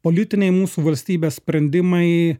politiniai mūsų valstybės sprendimai